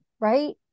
right